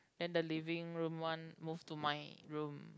then the living room one move to my room